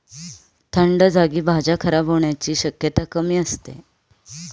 थंड जागी भाज्या खराब होण्याची शक्यता कमी असते